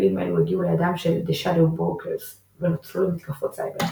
כלים אלו הגיעו לידם של The Shadow Brokers ונוצלו למתקפות סייבר.